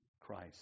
Christ